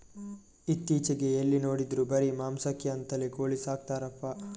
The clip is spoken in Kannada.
ಇತ್ತೀಚೆಗೆ ಎಲ್ಲಿ ನೋಡಿದ್ರೂ ಬರೀ ಮಾಂಸಕ್ಕೆ ಅಂತಲೇ ಕೋಳಿ ಸಾಕ್ತರಪ್ಪ